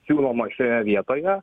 siūloma šioje vietoje